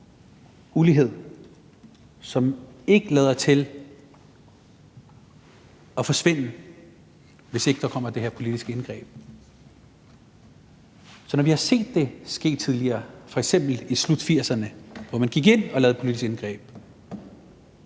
ulighed, som ikke lader til at forsvinde, hvis ikke der kommer det her politiske indgreb. Så når vi har set det ske tidligere, f.eks. i slut-1980'erne, hvor man gik ind og lavede et politisk indgreb